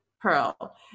pearl